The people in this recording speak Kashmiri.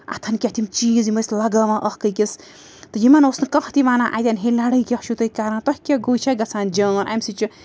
اَتھَن کٮ۪تھ یِم چیٖز یِم ٲسۍ لَگاوان اَکھ أکِس تہٕ یِمَن اوس نہٕ کانہہ تہِ وَنان اَتٮ۪ن ہے لڑٲے کیٛاہ چھُو تُہۍ کران تۄہہِ کیٛاہ گوٚو یہِ چھےٚ گژھان جان اَمہِ سۭتۍ چھِ